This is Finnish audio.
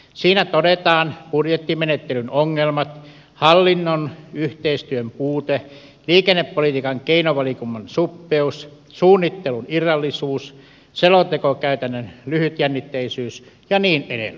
siinä todetaan budjettimenettelyn ongelmat hallinnon yhteistyön puute liikennepolitiikan keinovalikoiman suppeus suunnittelun irrallisuus selontekokäytännön lyhytjännitteisyys ja niin edelleen